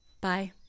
Bye